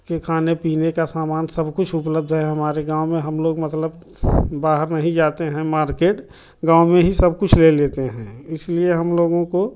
के खाने पीने का सामान सब कुछ उपलब्ध है हमारे गाँव में हम लोग मतलब बाहर नहीं जाते हैं मार्केट गाँव में ही सब कुछ ले लेते हैं इसलिए हम लोगों को